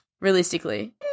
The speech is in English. realistically